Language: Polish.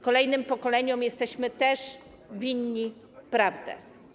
Kolejnym pokoleniom jesteśmy też winni prawdę.